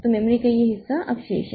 तो मेमोरी का यह हिस्सा अब शेष है